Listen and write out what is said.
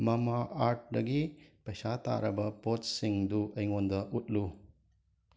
ꯃꯥꯃꯥ ꯑꯥꯔꯠꯗꯒꯤ ꯄꯩꯁꯥ ꯇꯥꯔꯕ ꯄꯣꯠꯁꯤꯡꯗꯨ ꯑꯩꯉꯣꯟꯗ ꯎꯠꯂꯨ